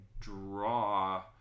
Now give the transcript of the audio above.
draw